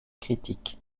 critique